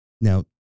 Now